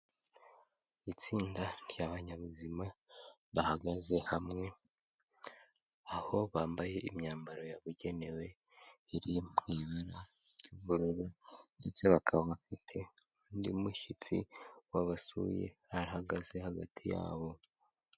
Itsinda ry'abanyabuzima bahagaze hamwe, aho bambaye imyambaro yabugenewe iri mu ibara ry'ubururu, ndetse bakaba bafite n'undi mushyitsi wabasuye ahagaze hagati yabo.